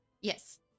yes